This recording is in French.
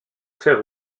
fer